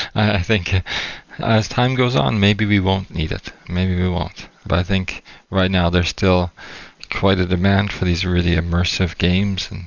i think as time goes on, maybe we won't need it. maybe we won't. but i think right now, there's still quite a demand for these really immersive games.